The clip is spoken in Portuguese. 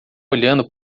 olhando